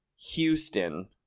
Houston